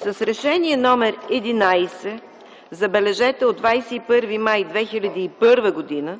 С Решение № 11, забележете, от 21 май 2001 г.